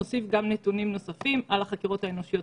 נוסיף גם נתונים נוספים על החקירות האנושיות.